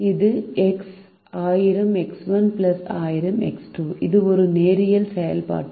இது 1000 X1 900 X2 இது ஒரு நேரியல் செயல்பாடு